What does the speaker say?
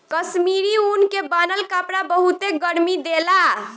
कश्मीरी ऊन के बनल कपड़ा बहुते गरमि देला